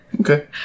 Okay